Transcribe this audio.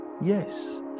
yes